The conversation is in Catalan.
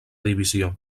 divisió